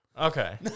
Okay